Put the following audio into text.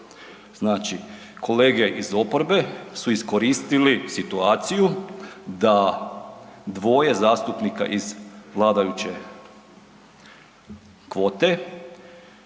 Znači, kolege iz oporbe su iskoristili situaciju da dvoje zastupnika iz vladajuće kvote